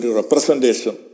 representation